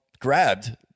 grabbed